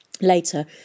Later